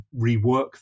rework